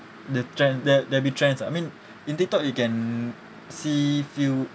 the trend there there'll be trends ah I mean in tiktok you can see few